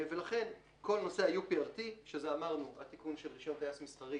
לכן כל נושא ה-UPRT שזה התיקון של רישיון טייס מסחרי